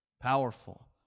Powerful